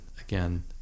again